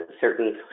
certain